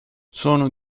sono